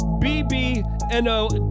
B-B-N-O